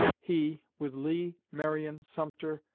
he, with lee, marion, sumter,